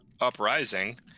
uprising